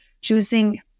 choosing